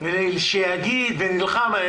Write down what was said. שיגיד ויילחם.